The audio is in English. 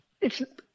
it's-